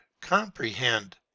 comprehend